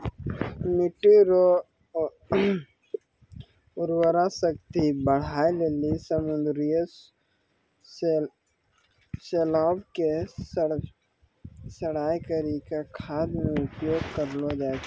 मिट्टी रो उर्वरा शक्ति बढ़ाए लेली समुन्द्री शैलाव के सड़ाय करी के खाद मे उपयोग करलो जाय छै